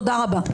תודה רבה.